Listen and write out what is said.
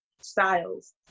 styles